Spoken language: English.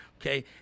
Okay